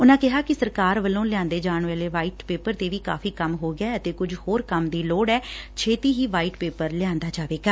ਉਨੂਾ ਕਿਹਾ ਕਿ ਸਰਕਾਰ ਵੱਲੋਂ ਲਿਆਂਦੇ ਜਾਣ ਵਾਲੇ ਵਾਇਟ ਪੇਪਰ ਤੇ ਕਾਫ਼ੀ ਕੰਮ ਹੋ ਗਿਐ ਅਤੇ ਕੁਝ ਹੋਰ ਕੰਮ ਦੀ ਲੋੜ ਐ ਛੇਤੀ ਹੀ ਵਾਇਟ ਪੇਪਰ ਲਿਆਂਦਾ ਜਾਵੇਗਾ